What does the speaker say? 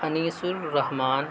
Anis ur Rahman